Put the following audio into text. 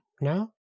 No